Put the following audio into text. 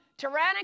tyrannical